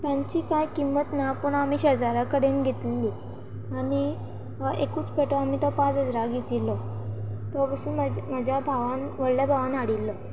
तांची कांय किमत ना पूण आमी शेजाऱ्या कडेन घेतिल्लीं आनी एकूच पेटो आमी तो पांच हजारांक घेतिल्लो तो पसून म्हज्या भावान व्हडल्या भावान हाडिल्लो